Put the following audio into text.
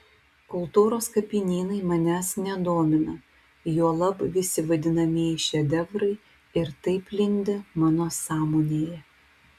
kultūros kapinynai manęs nedomina juolab visi vadinamieji šedevrai ir taip lindi mano sąmonėje